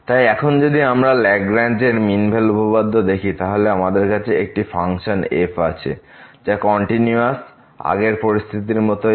তাই এখন যদি আমরা লেগরেঞ্জ এর মিন ভ্যালু উপপাদ্য দেখি তাহলে আমাদের কাছে একটি ফাংশন f আছে যা কন্টিনিউয়াস আগের পরিস্থিতির মতই